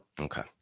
Okay